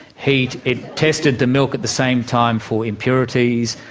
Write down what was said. heat, it tested the milk at the same time for impurities,